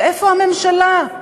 ואיפה הממשלה?